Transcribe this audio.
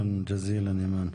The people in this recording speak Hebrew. תודה רבה, אימאן.